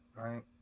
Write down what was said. right